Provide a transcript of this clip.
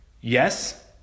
Yes